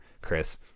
Chris